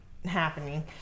happening